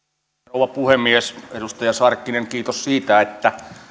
rouva puhemies edustaja sarkkinen kiitos siitä että